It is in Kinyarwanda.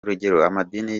urugeroamadini